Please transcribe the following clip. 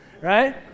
right